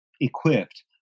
equipped